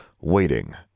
waiting